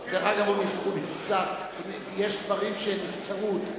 יש דברים שהם נבצרות.